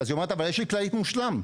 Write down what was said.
היא אומרת שיש לה כללית מושלם,